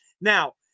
Now